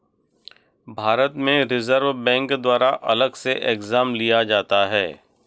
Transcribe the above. भारत में Reserve Bank द्वारा अलग से एग्जाम लिया जाता है